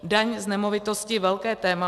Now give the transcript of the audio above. Daň z nemovitosti velké téma.